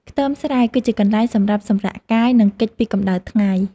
ខ្ទមស្រែគឺជាកន្លែងសម្រាប់សម្រាកកាយ និងគេចពីកំដៅថ្ងៃ។